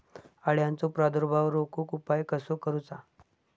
अळ्यांचो प्रादुर्भाव रोखुक उपाय कसो करूचो?